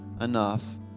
enough